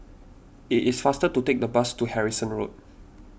it is faster to take the bus to Harrison Road